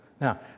Now